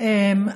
גמליאל.